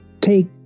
take